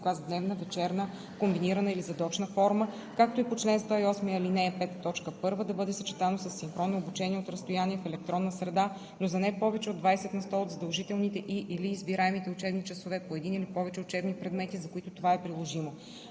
в дневна, вечерна, комбинирана или задочна форма, както и по чл. 108, ал. 5, т. 1 да бъде съчетано със синхронно обучение от разстояние в електронна среда, но за не повече от 20 на сто от задължителните и/или избираемите учебни часове по един или повече учебни предмети, за които това е приложимо.